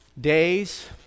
days